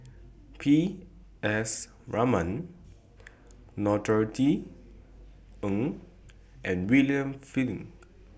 P S Raman Norothy Ng and William Flint